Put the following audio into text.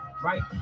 Right